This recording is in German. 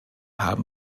haben